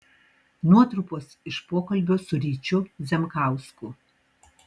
nuotrupos iš pokalbio su ryčiu zemkausku